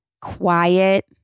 quiet